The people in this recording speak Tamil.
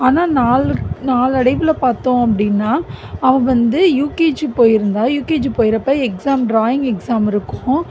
ஆனால் நாளுக் நாளடைவில் பார்த்தோம் அப்படின்னா அவள் வந்து யூகேஜி போயிருந்தால் யூகேஜி போகிறப்ப எக்ஸாம் ட்ராயிங் எக்ஸாம் இருக்கும்